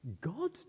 God